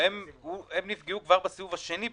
הם נפגעו כבר בסיבוב השני,